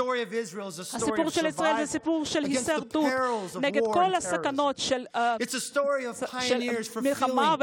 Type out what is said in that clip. הסיפור של ישראל הוא סיפור של הישרדות נגד סכנות הטרור והמלחמה,